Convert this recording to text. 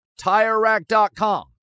TireRack.com